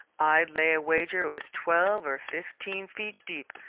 i'd lay a wager it was twelve or fifteen feet deep.